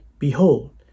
Behold